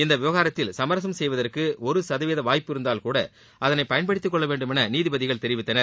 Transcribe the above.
இந்த விவகாரத்தில் சமரசம் செய்வதற்கு ஒரு சதவிகிதம் வாய்ப்பு இருந்தால்கூட அதனை பயன்படுத்திக் கொள்ள வேண்டும் என நீதிபதிகள் தெரிவித்தனர்